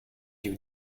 you